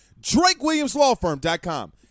DrakeWilliamsLawFirm.com